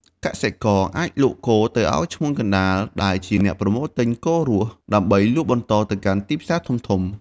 កសិករអាចលក់គោទៅឲ្យឈ្មួញកណ្ដាលដែលជាអ្នកប្រមូលទិញគោរស់ ដើម្បីលក់បន្តទៅកាន់ទីផ្សារធំៗ។